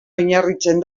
oinarritzen